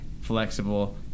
flexible